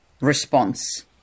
response